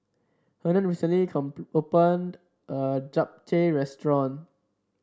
Hernan recently opened a new Japchae Restaurant